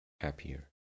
happier